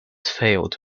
failed